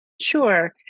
Sure